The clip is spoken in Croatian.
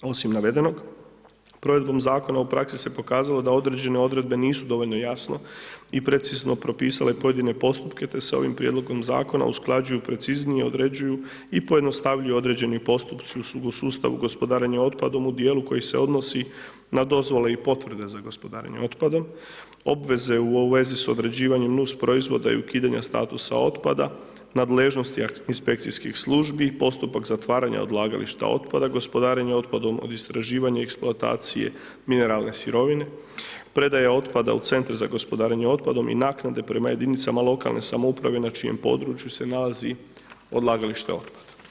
Osim navedenog provedbom zakona u praksi se pokazalo da određene odredbe nisu dovoljno jasno i precizno propisale pojedine postupke te se ovim prijedlogom zakona usklađuju preciznije određuju i pojednostavljuju određeni postupci u sustavu gospodarenja otpadom u dijelu koji se odnosi na dozvole i potvrde za gospodarenje otpadom, obveze u vezi da određivanjem nusproizvoda i ukidanja statusa otpada, nadležnosti inspekcijskih službi, postupak zatvaranja odlagališta otpada, gospodarenje otpadom, od istraživanja, eksploatacije mineralne sirovine, predaja otpada u centru za gospodarenje otpadom i naknade prema jedinicama lokalne samouprave na čijem području se nalazi odlagalište otpada.